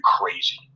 crazy